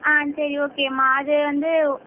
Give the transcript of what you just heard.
ஆ சரி ஓகேம்மா அது வந்து